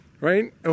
right